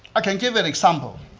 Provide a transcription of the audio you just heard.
i can give an example.